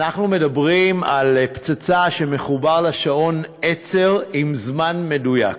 אנחנו מדברים על פצצה שמחובר לה שעון עצר עם זמן מדויק,